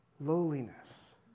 lowliness